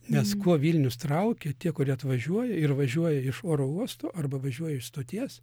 nes kuo vilnius traukia tie kurie atvažiuoja ir važiuoja iš oro uosto arba važiuoja iš stoties